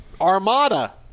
Armada